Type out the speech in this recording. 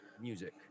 music